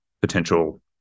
potential